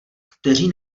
kteří